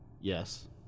yes